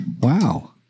wow